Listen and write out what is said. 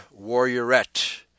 warriorette